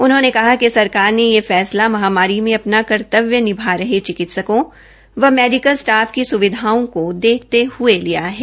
उन्होंने कहा कि सरकार ने यह फैसला महामारी मे अपना कर्तवद्य निभा रहे चिकित्सकों व मेडिकल स्टाफ की स्विधा को देखते हये लिया है